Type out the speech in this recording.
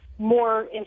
more